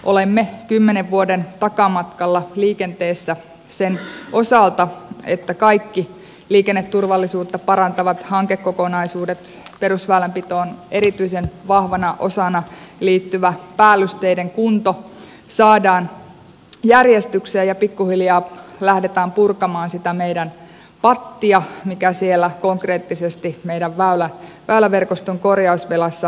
olemme kymmenen vuoden takamatkalla liikenteessä sen osalta että kaikki liikenneturvallisuutta parantavat hankekokonaisuudet perusväylänpitoon erityisen vahvana osana liittyvä päällysteiden kunto saadaan järjestykseen ja pikkuhiljaa lähdetään purkamaan sitä meidän pattia mikä konkreettisesti meidän väyläverkoston korjausvelassa on